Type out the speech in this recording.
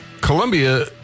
Columbia